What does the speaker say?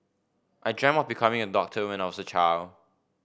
I dreamt of becoming a doctor when I was a child